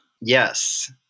Yes